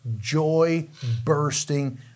joy-bursting